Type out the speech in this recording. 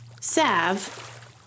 Salve